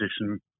position